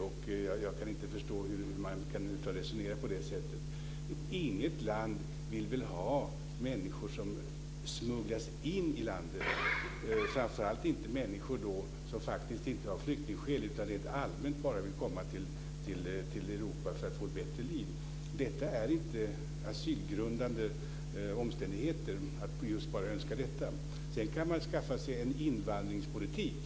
Jag kan inte förstå hur man över huvud taget kan resonera på det sättet. Inget land vill väl ha människor som smugglas in i landet, framför allt inte människor som faktiskt inte av flyktingskäl utan bara rent allmänt vill komma till Europa för att få ett bättre liv. Det är inte asylgrundande omständigheter att just bara önska detta. Sedan kan man skaffa sig en invandringspolitik.